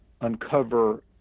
uncover